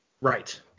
right